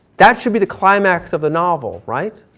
that should be the climax of the novel right.